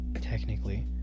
technically